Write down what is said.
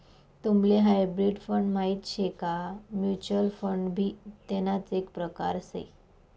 तुम्हले hybrid fund माहित शे का? म्युच्युअल फंड भी तेणाच एक प्रकार से